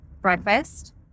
breakfast